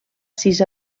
sis